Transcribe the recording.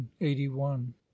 eighty-one